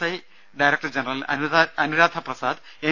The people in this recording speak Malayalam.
I director general Anuradha Prasad N